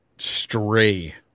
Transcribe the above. stray